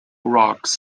rocks